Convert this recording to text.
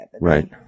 Right